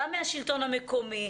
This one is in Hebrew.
גם מהשלטון המקומי.